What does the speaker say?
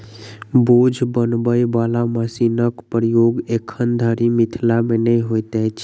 बोझ बनबय बला मशीनक प्रयोग एखन धरि मिथिला मे नै होइत अछि